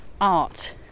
art